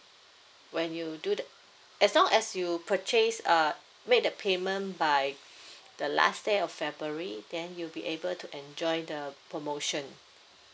when you do th~ as long as you purchase uh make the payment by the last day of february then you'll be able to enjoy the promotion